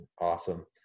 Awesome